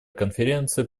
конференции